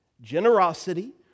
generosity